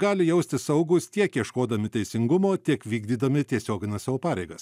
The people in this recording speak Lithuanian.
gali jaustis saugūs tiek ieškodami teisingumo tiek vykdydami tiesiogines savo pareigas